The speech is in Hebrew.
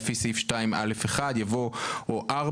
אחרי "לפי סעיף 2(א)(1)" יבוא "או (4),